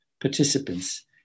participants